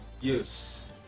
Yes